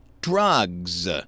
drugs